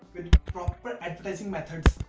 with proper advertising methods,